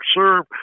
serve